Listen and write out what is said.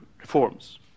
reforms